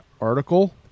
article